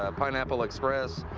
ah pineapple express.